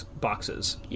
boxes